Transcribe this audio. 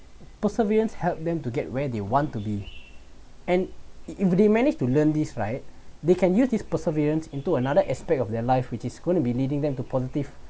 perseverance help them to get where they want to be and it they managed to learn this right they can use this perseverance into another aspect of their life which is gonna be leading them to positive